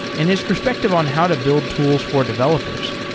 and his perspective on how to build tools for developers,